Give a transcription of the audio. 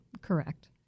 correct